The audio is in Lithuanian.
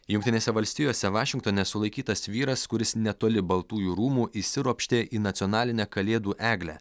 jungtinėse valstijose vašingtone sulaikytas vyras kuris netoli baltųjų rūmų įsiropštė į nacionalinę kalėdų eglę